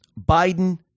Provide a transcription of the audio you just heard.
Biden